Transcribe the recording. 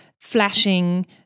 flashing